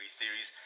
series